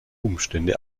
umstände